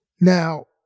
Now